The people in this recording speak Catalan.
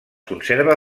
conserva